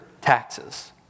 taxes